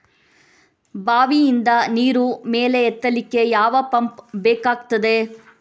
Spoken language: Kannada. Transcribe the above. ಬಾವಿಯಿಂದ ನೀರು ಮೇಲೆ ಎತ್ತಲಿಕ್ಕೆ ಯಾವ ಪಂಪ್ ಬೇಕಗ್ತಾದೆ?